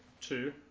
two